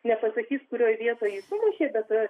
nepasakys kurioj vietoj jį sumušė bet va